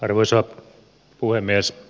arvoisa puhemies